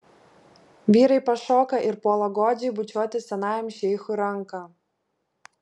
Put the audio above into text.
vyrai pašoka ir puola godžiai bučiuoti senajam šeichui ranką